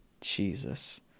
Jesus